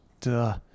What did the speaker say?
Duh